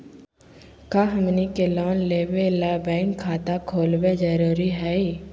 का हमनी के लोन लेबे ला बैंक खाता खोलबे जरुरी हई?